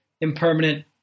impermanent